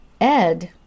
Ed